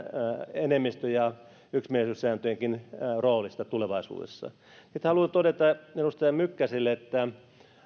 enemmistö ja yksimielisyyssääntöjenkin roolista tulevaisuudessa sitten haluan todeta edustaja mykkäselle että